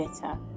better